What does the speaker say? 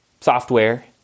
software